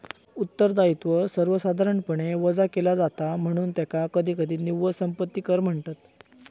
उत्तरदायित्व सर्वसाधारणपणे वजा केला जाता, म्हणून त्याका कधीकधी निव्वळ संपत्ती कर म्हणतत